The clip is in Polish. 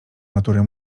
natury